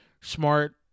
smart